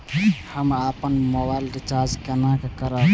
हम अपन mobile recharge केना करब?